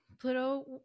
Pluto